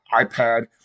iPad